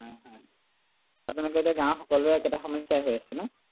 হয় হয় আপোনালোকে এতিয়া গাঁৱৰ সকলোৰে একেটা সমস্যাই হৈ আছে ন